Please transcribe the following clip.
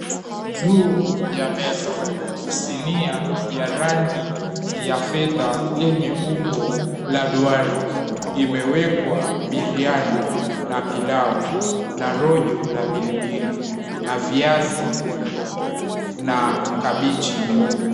Juu ya meza, sinia ya rangi ya fedha yenye umbo la duara , imewekwa biriyani na pilau na rojo la pilipipili na viazi na kabichi nyeupe .